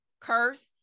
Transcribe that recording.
curse